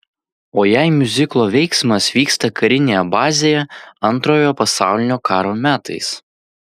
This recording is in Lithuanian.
o jei miuziklo veiksmas vyksta karinėje bazėje antrojo pasaulinio karo metais